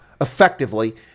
effectively